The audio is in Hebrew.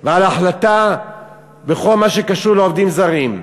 ועל ההחלטה בכל מה שקשור לעובדים זרים.